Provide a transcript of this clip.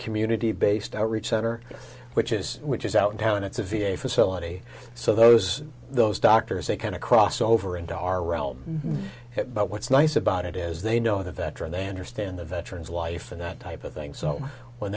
community based outreach center which is which is out of town and it's a v a facility so those those doctors they kind of cross over into our realm but what's nice about it is they know the veteran they understand the veterans life and that type of thing so when